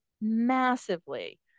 massively